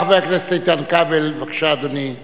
חבר הכנסת איתן כבל, בבקשה, אדוני.